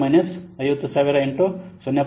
2 minus 50000 into 0